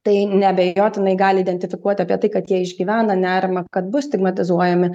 tai neabejotinai gali identifikuoti apie tai kad jie išgyvena nerimą kad bus stigmatizuojami